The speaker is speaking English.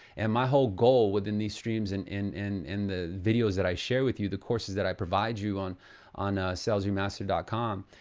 and my whole goal within these streams and in in the videos that i share with you, the courses that i provide you on on salesremastered ah com,